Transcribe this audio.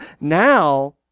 Now